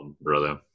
brother